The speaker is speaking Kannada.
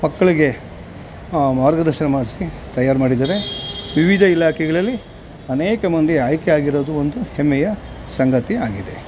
ಮಕ್ಕಳಿಗೆ ಮಾರ್ಗದರ್ಶನ ಮಾಡಿಸಿ ತಯಾರಿ ಮಾಡಿದ್ದಾರೆ ವಿವಿಧ ಇಲಾಖೆಗಳಲ್ಲಿ ಅನೇಕ ಮಂದಿ ಆಯ್ಕೆ ಆಗಿರೋದು ಒಂದು ಹೆಮ್ಮೆಯ ಸಂಗತಿ ಆಗಿದೆ